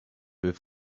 with